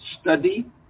study